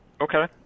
Okay